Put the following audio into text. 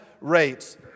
rates